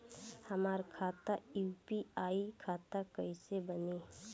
हमार खाता यू.पी.आई खाता कईसे बनी?